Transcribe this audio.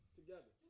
together